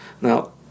Now